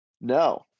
No